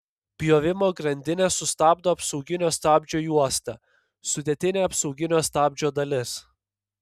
pjovimo grandinę sustabdo apsauginio stabdžio juosta sudėtinė apsauginio stabdžio dalis